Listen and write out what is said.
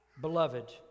beloved